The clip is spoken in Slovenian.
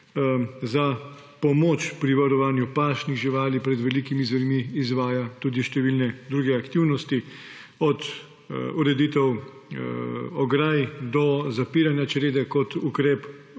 za pomoč pri varovanju pašnih živali pred velikimi zvermi izvaja tudi številne druge aktivnosti, od ureditev ograj do zapiranja črede kot ukrep